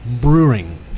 brewing